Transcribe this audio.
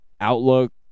outlook